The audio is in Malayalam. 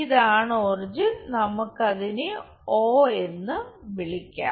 ഇതാണ് ഒറിജിൻ നമുക്ക് അതിനെ ഓ എന്ന് വിളിക്കാം